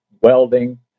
welding